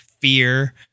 fear